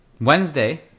Wednesday